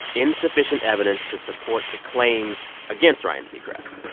insufficient evidence to support the claims against ryan seacrest.